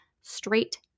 straight